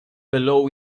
below